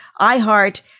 iHeart